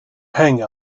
hang